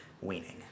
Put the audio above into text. weaning